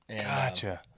Gotcha